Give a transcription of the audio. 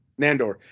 nandor